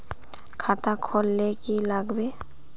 खाता खोल ले की लागबे?